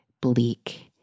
bleak